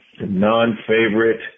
Non-favorite